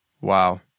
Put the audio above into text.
Wow